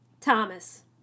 Thomas